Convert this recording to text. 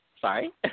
sorry